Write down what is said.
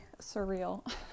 surreal